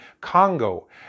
Congo